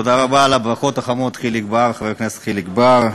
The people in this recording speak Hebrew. תודה רבה על הברכות החמות, חבר הכנסת חיליק בר.